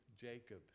Jacob